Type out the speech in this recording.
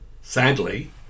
sadly